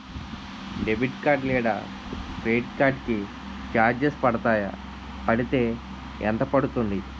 Debit card లేదా credit card కి charges పడతాయా? పడితే ఎంత పడుతుంది?